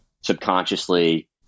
subconsciously